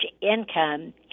income